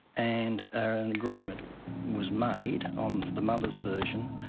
and an agreement was made on the mother's version,